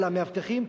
למאבטחים,